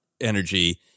Energy